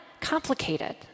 complicated